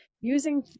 using